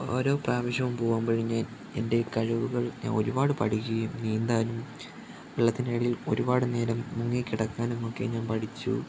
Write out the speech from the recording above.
ഓരോ പ്രാവശ്യവും പോകുമ്പോഴും ഞാൻ എൻ്റെ കഴിവുകൾ ഞാൻ ഒരുപാട് പഠിക്കുകയും നീന്താൻ വെള്ളത്തിൻ്റെ അടിയിൽ ഒരുപാട് നേരം മുങ്ങിക്കിടക്കാനുമൊക്കെ ഞാൻ പഠിച്ചു